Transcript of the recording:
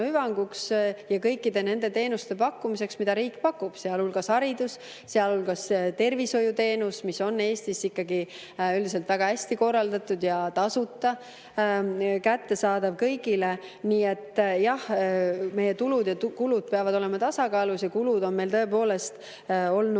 ja kõikide nende teenuste pakkumiseks, mida riik pakub, sealhulgas haridus, sealhulgas tervishoiuteenus, mis on Eestis ikkagi üldiselt väga hästi korraldatud ja tasuta kättesaadav kõigile. Nii et jah, meie tulud ja kulud peavad olema tasakaalus, aga kulud on meil tõepoolest olnud